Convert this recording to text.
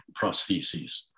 prostheses